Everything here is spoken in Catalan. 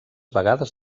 vegades